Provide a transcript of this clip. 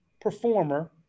performer